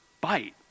bite